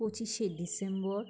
পঁচিশে ডিসেম্বর